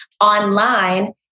online